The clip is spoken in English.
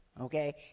okay